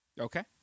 Okay